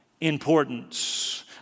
importance